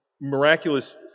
miraculous